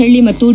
ಹಳ್ಳಿ ಮತ್ತು ಡಿ